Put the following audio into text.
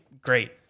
Great